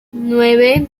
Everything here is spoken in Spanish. nueve